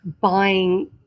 buying